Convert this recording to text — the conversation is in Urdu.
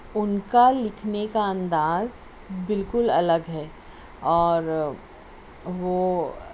اُن کا لکھنے کا انداز بالکل الگ ہے اور وہ